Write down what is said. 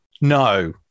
No